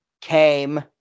came